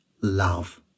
love